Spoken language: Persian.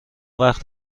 وقت